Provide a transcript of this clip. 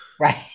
Right